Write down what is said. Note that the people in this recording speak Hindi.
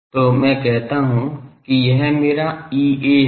तो मैं कहता हूं कि यह मेरा Ea है